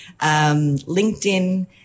LinkedIn